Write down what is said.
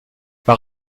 par